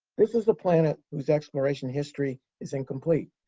this is the planet whose exploration history is incomplete.